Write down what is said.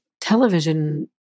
television